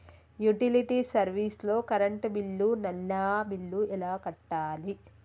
Utility service లో current bill, నల్లా bill ఎలా కట్టాలి?